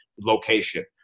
location